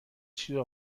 چیزو